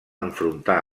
enfrontar